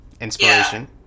Inspiration